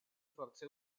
forze